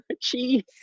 cheese